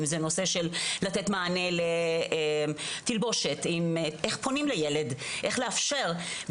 לתת מענה תלבושת ואיך פונים לילד ואיך לאפשר.